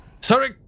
Sorry